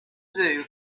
zoo